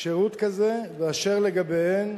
שירות כזה, ואשר לגביהן